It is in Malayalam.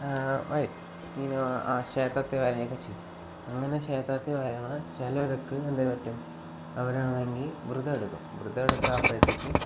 വരും ഇങ്ങനെ ക്ഷേത്രത്തിൽ വരികയൊക്കെ ചെയ്യും അങ്ങനെ ക്ഷേത്രത്തിൽ വരുമ്പം ചിലർക്ക് എന്ത് പറ്റും അവരാണെങ്കിൽ വ്രതമെടുക്കും വ്രതമെടുക്കുമ്പോഴത്തേക്ക്